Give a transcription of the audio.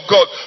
God